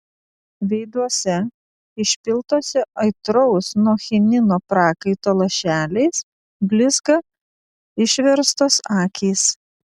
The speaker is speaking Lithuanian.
veiduose išpiltuose aitraus nuo chinino prakaito lašeliais blizga išverstos akys